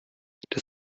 das